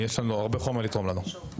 ויש לו הרבה חומר לתרום לנו.